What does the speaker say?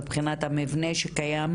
מבחינת המבנה שקיים,